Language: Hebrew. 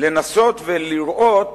לנסות ולראות